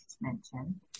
mention